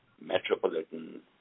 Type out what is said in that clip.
metropolitan